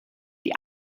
die